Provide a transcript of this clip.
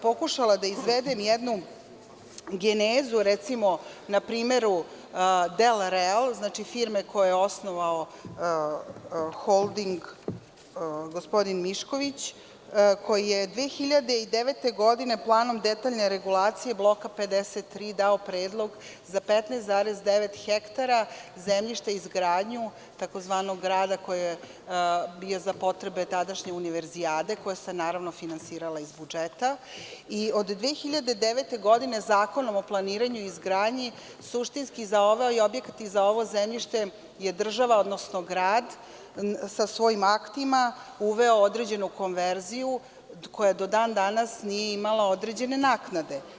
Pokušala sam da izvedem jednu genezu recimo na primeru „Del real“, firme koju je osnovao holding, gospodin Mišković, koji je 2009. godine planom detaljne regulacije Bloka 53 dao predlog za 15,9 hektara zemljišta u izgradi tzv. grada koji je bio za potrebe tadašnje Univerzijade koja se naravno finansirala iz budžeta i od 2009. godine Zakonom o planiranju i izgradnji suštinski za ovaj objekat i ovo zemljište je država, odnosno Grad sa svojim aktima uveo određenu konverziju koja do dan danas nije imala određene naknade.